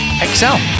excel